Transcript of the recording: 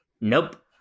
Nope